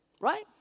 Right